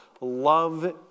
love